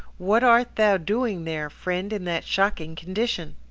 what art thou doing there, friend, in that shocking condition?